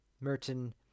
Merton